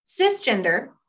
cisgender